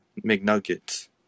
McNuggets